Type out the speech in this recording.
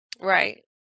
right